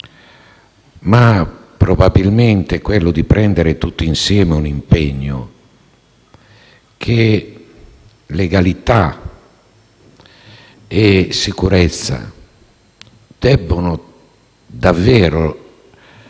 ma probabilmente è quello di assumere tutti insieme l'impegno affinché legalità e sicurezza debbano davvero,